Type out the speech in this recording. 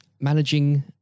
managing